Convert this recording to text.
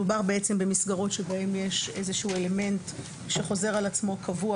מדובר במסגרות בהן יש איזשהו אלמנט שחוזר על עצמו קבוע